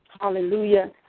hallelujah